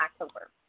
October